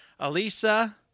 Alisa